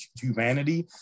humanity